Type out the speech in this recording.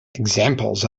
examples